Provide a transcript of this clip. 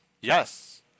Yes